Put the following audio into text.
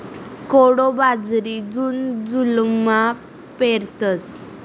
कोडो बाजरी जून जुलैमा पेरतस